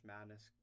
Madness